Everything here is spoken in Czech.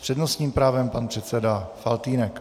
S přednostním právem pan předseda Faltýnek.